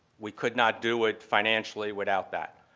we could not do it financially without that.